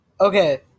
Okay